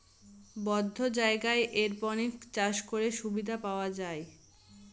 বদ্ধ জায়গায় এরপনিক্স চাষ করে সুবিধা পাওয়া যায়